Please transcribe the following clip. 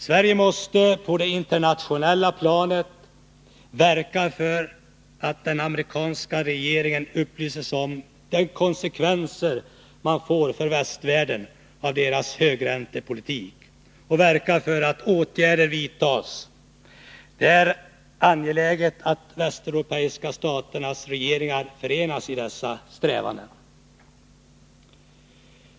Sverige måste på det internationella planet verka för att den amerikanska regeringen upplyses om konsekvenserna för västvärlden av dess högräntepolitik och verka för att åtgärder vidtas. Det är angeläget att de västeuropeiska staternas regeringar förenas i dessa strävanden.